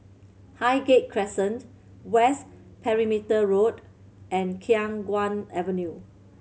Highgate Crescent West Perimeter Road and Khiang Guan Avenue